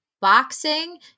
boxing